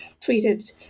treated